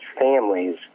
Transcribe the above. families